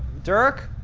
dirk?